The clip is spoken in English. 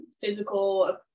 physical